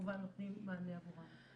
נותנים מענה עבורם.